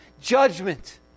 judgment